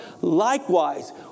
Likewise